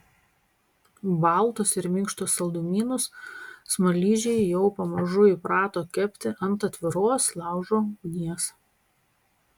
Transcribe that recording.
baltus ir minkštus saldumynus smaližiai jau pamažu įprato kepti ant atviros laužo ugnies